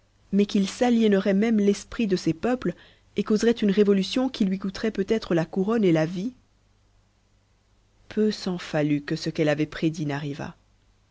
mais qu'il s'aliénerait même l'esprit de ses peuples et causerait une révolution qui lui coûterait peut-être la couronne et la vie peu s'en fallut que ce qu'elle avait prédit n'arrivât